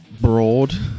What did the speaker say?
broad